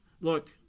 look